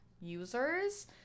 users